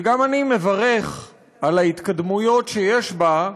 וגם אני מברך על ההתקדמויות שיש בה,